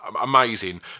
amazing